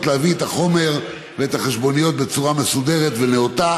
להביא את החומר ואת החשבוניות בצורה מסודרת ונאותה